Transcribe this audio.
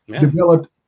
developed